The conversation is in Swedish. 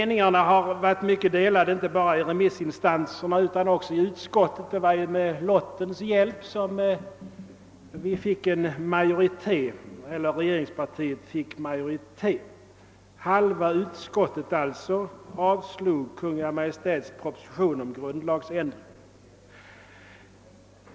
Meningarna har varit mycket delade, inte bara i remissinstanserna utan också i utskottet. Det var ju med lottens hjälp som regeringspartiet fick majoritet. Halva utskottet avstyrkte Kungl. Maj:ts proposition om en grundlagsändring.